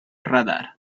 radar